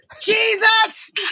Jesus